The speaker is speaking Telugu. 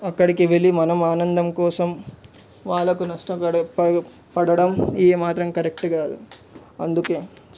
అక్కడకి వెళ్ళి మనం ఆనందం కోసం వాళ్ళకు నష్టపడే ప పడడం ఏమాత్రం కరెక్ట్ కాదు అందుకే